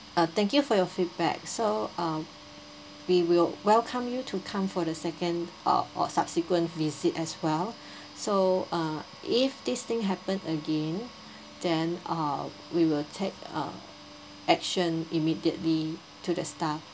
uh thank you for your feedback so uh we will welcome you to come for the second uh or subsequent visit as well so uh if this thing happen again then uh we will take uh action immediately to the staff